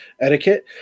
etiquette